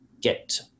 get